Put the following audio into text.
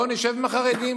לא נשב עם החרדים.